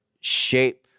shape